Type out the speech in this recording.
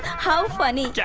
how funny. yeah